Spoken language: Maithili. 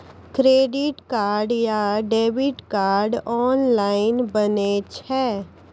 क्रेडिट कार्ड या डेबिट कार्ड ऑनलाइन बनै छै?